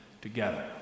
Together